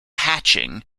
hatching